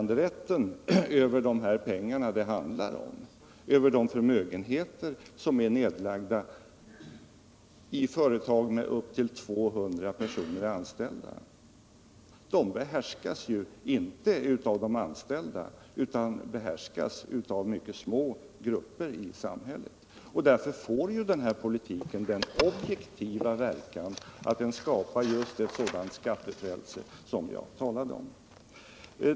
De pengar det handlar om, de förmögenheter som är nedlagda i företagen, behärskas inte av de anställda utan av mycket små grupper i samhället. Därför får denna politik den objektiva verkan att den skapar just ett sådant skattefrälse som jag talade om.